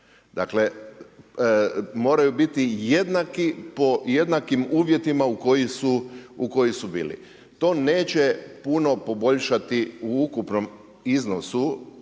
Dakle moraju biti jednaki po jednakim uvjetima koji su bili. To neće puno poboljšati u ukupnom iznosu,